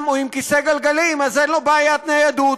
הוא עם כיסא גלגלים אז אין לו בעיית ניידות.